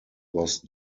was